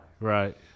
Right